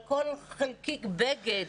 על כל חלקיק בגד.